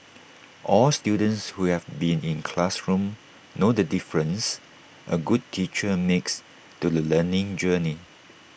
all students who have been in classrooms know the difference A good teacher makes to the learning journey